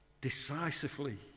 decisively